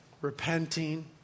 repenting